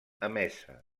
emesa